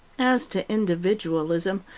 as to individualism,